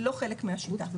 לא חלק מהשיטה,